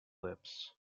lips